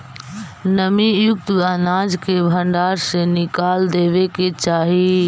नमीयुक्त अनाज के भण्डार से निकाल देवे के चाहि